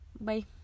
Bye